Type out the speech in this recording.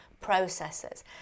processes